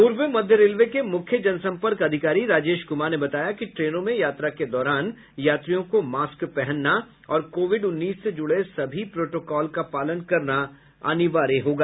पूर्व मध्य रेलवे के मुख्य जन संपर्क अधिकारी राजेश कुमार ने बताया कि ट्रेनों में यात्रा के दौरान यात्रियों को मास्क पहनना और कोविड उन्नीस से जुड़े सभी प्रोटोकॉल का पालन करना अनिवार्य होगा